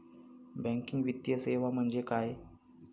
Banking वित्तीय सेवा म्हणजे काय?